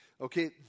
okay